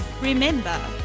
Remember